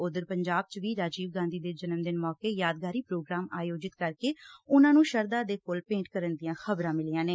ਉਧਰ ਪੰਜਾਬ ਚ ਵੀ ਰਾਜੀਵ ਗਾਂਧੀ ਦੇ ਜਨਮ ਦਿਨ ਮੌਕੇ ਯਾਦਗਾਰੀ ਪ੍ਰੋਗਰਾਮ ਆਯੋਜਿਤ ਕਰਕੇ ਉਨਾਂ ਨੁੰ ਸ਼ਰਧਾ ਦੇ ਫੁੱਲ ਭੇਟ ਕਰਨ ਦੀਆਂ ਖ਼ਬਰਾਂ ਮਿਲੀਆਂ ਨੇ